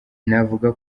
navuga